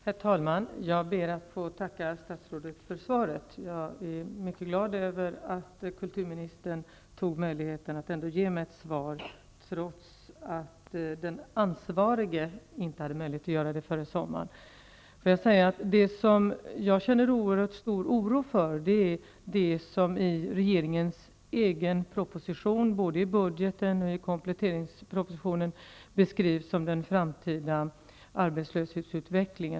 Herr talman! Jag ber att få tacka statsrådet för svaret. Jag är mycket glad över att kulturministern tog möjligheten att ändå ge mig ett svar trots att den ansvarige inte före sommaren hade möjlighet därtill. Något som jag känner oerhört stor oro för är det som i regeringens budget och kompletteringspropositioner beskrivs som den framtida arbetslöshetutvecklingen.